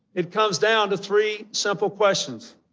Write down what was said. it comes down to three simple questions.